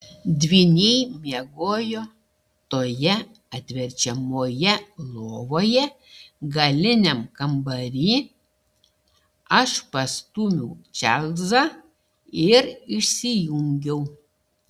dvyniai miegojo toje atverčiamoje lovoje galiniam kambary aš pastūmiau čarlzą ir išsijungiau